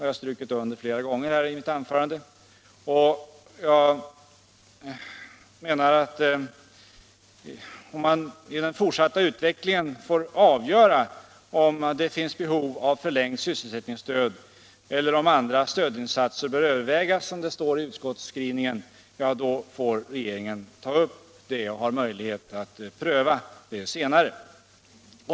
Jag har flera gånger i mitt anförande strukit under att den fortsatta utvecklingen får avgöra detta. Om det finns behov av förlängt sysselsättningsstöd eller om andra stödinsatser bör övervägas, som det står i utskottsskrivningen, har regeringen möjlighet att pröva det senare.